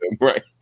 Right